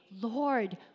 Lord